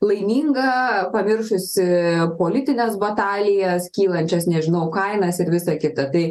laiminga pamiršusi politines batalijas kylančias nežinau kainas ir visa kita tai